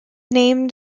named